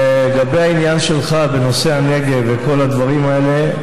לגבי העניין שלך, בנושא הנגב וכל הדברים האלה,